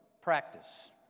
practice